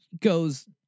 goes